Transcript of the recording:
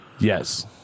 Yes